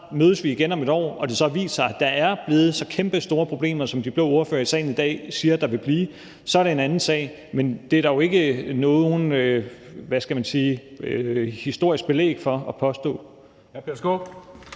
mødes vi igen om et år og det så har vist sig, at der er blevet så kæmpestore problemer, som de blå ordførere i salen i dag siger der vil blive, så er det jo en anden sag. Men det er der jo ikke noget, hvad skal man sige, historisk belæg for at påstå.